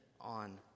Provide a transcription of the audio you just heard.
on